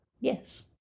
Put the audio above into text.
Yes